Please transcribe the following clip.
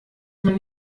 man